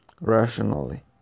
rationally